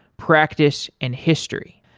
practice and history.